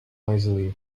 noisily